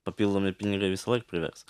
papildomi pinigai visąlaik pravers